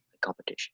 competition